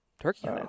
turkey